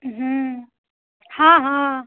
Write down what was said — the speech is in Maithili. हूँ हँ हँ